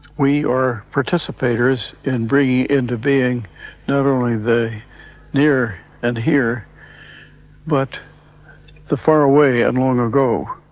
we are participators in bringing into being not only the near and here but the far away and long ago.